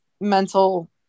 mental